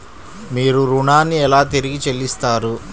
మీరు ఋణాన్ని ఎలా తిరిగి చెల్లిస్తారు?